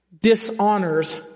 dishonors